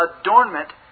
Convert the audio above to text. adornment